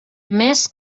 més